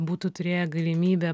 būtų turėję galimybę